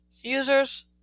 users